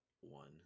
one